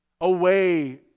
away